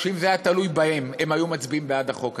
שאם זה היה תלוי בהם הם היו מצביעים בעד החוק הזה,